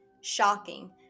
shocking